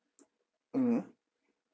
mmhmm